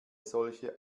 solche